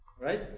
right